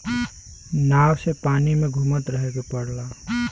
नाव से पानी में घुमत रहे के पड़ला